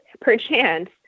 perchance